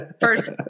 first